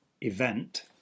event